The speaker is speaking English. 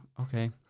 okay